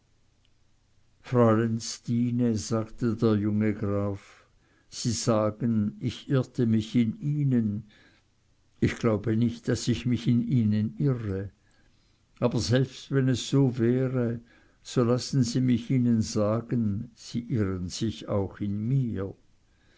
stine sagte der junge graf sie sagen ich irrte mich in ihnen ich glaube nicht daß ich mich in ihnen irre aber selbst wenn es so wäre so lassen sie mich ihnen sagen sie irren sich auch in mir